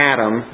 Adam